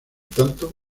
tanto